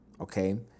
okay